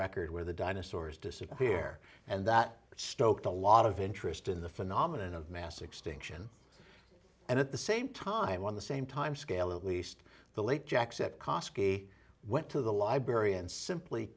record where the dinosaurs disappear and that stoked a lot of interest in the phenomena of mass extinction and at the same time on the same time scale at least the late jackson kosky went to the library and simply